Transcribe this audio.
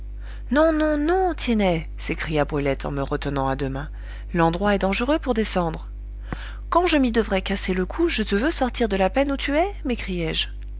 non non non tiennet s'écria brulette en me retenant à deux mains l'endroit est dangereux pour descendre quand je m'y devrais casser le cou je te veux sortir de la peine où tu es